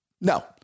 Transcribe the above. No